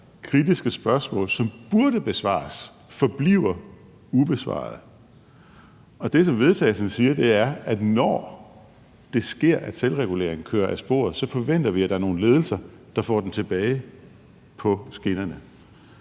kritiske spørgsmål, som burde besvares, forbliver ubesvarede. Og det, som forslaget til vedtagelse siger, er, at når det sker, at selvreguleringen kører af sporet, forventer vi, at der er nogle ledelser, der får den tilbage på skinnerne.